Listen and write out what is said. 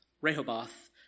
Rehoboth